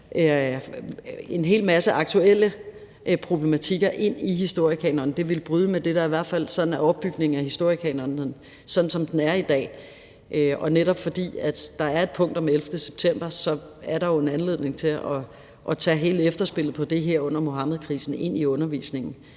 en hel masse aktuelle problematikker ind i historiekanonen ville bryde med det, der i hvert fald sådan er opbygningen af historiekanonen, som den er i dag, og netop fordi der er et punkt om den 11. september, er der jo en anledning til at tage hele efterspillet af det, med Muhammedkrisen, ind i undervisningen